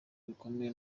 bikomeye